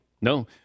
No